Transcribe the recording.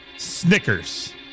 Snickers